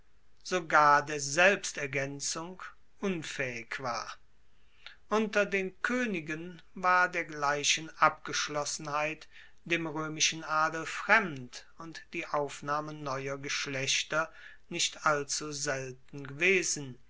sogar der selbstergaenzung unfaehig war unter den koenigen war dergleichen abgeschlossenheit dem roemischen adel fremd und die aufnahme neuer geschlechter nicht allzu selten gewesen